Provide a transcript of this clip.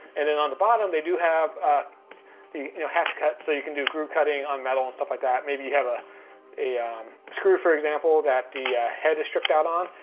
and then and on the bottom, they do have the you know hash-cut, so you can do groove cutting on metal, and stuff like that. maybe you have ah a screw for example, that the head is stripped out on.